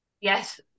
Yes